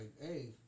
hey